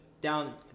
down